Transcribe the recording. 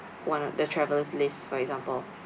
one of the traveler's list for example